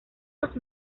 los